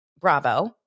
Bravo